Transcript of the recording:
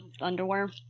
underwear